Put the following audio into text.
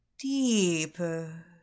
deeper